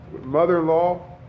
mother-in-law